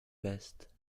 best